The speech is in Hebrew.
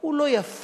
הוא לא יפה.